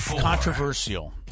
controversial